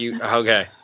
Okay